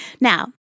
Now